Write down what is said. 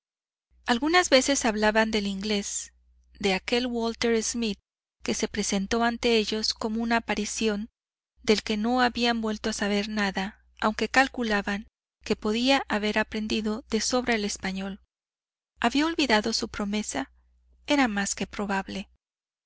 algunas veces hablaban del inglés de aquel walter smith que se presentó ante ellos como una aparición del que no habían vuelto a saber nada aunque calculaban que podía haber aprendido de sobra el español había olvidado su promesa era más que probable